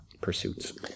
pursuits